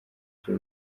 byo